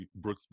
Brooksby